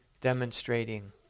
demonstrating